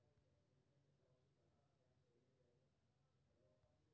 Asia मे सबसं पैघ जहाजक बेड़ा रहै, जाहि मे पैंतीस लाख जहाज रहै